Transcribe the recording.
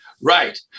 Right